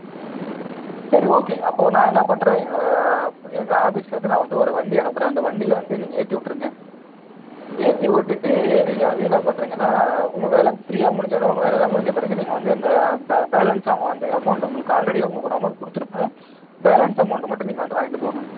ம் சரி ஓகே அப்போ நான் என்ன பண்ணுறேன் என்னோடய எங்கள் ஆஃபிஸ்லேருந்து நான் வந்து ஒரு வண்டி அனுப்புகிறேன் அந்த வண்டியில் வந்து நீங்கள் ஏற்றி விட்ருங்க ஏற்றி விட்டுட்டு நீங்கள் வந்து என்ன பண்ணுறீங்கன்னா உங்கள் வேலை ஃப்ரீயாக முடிஞ்சோன்னே உங்கள் வேலெல்லாம் முடிந்த பிறகு நீங்கள் வந்து அந்த பே பேலன்ஸ் அமௌண்டு அமௌண்டு உங்களுக்கு ஆல்ரெடியே உங்களுக்கு ஒரு அமௌண்ட் கொடுத்துருப்பேன் பேலன்ஸ் அமௌண்டு மட்டும் நீங்கள் வந்து வாங்கிட்டு போங்க